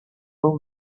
royal